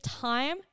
time